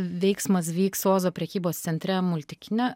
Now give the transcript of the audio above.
veiksmas vyks ozo prekybos centre multikine